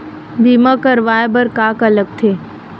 बीमा करवाय बर का का लगथे?